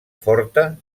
forta